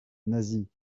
nasie